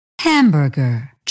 Hamburger